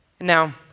Now